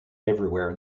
everywhere